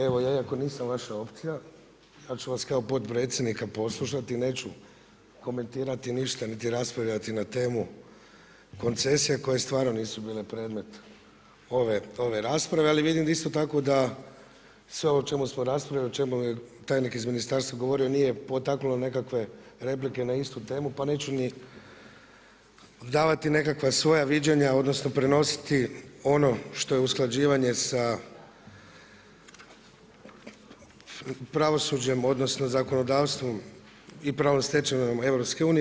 Evo ja iako nisam vaša opcija ali ću vas kao potpredsjednika poslušati i neću komentirati ništa niti raspravljati na temu koncesija koje stvarno nisu bile predmet ove rasprave ali vidim isto tako da sve ovo o čemu smo raspravljali, o čemu je tajnik iz ministarstva govorio nije potaklo nekakve replike na istu temu pa neću ni davati nekakva svoja viđenja, odnosno prenositi ono što je usklađivanje sa pravosuđem, odnosno zakonodavstvom i pravnom stečevinom EU.